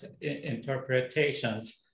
interpretations